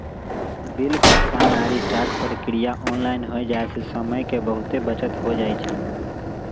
bill भुगतान आऽ recharge प्रक्रिया ऑनलाइन हो जाय से समय के बहुते बचत हो जाइ छइ